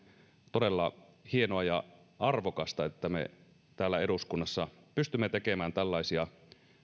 todella hienoa ja arvokasta että me täällä eduskunnassa pystymme tekemään tällaisia